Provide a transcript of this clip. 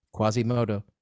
quasimodo